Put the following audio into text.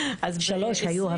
לעלות, בשנת 2000 היו שלוש בדיקות.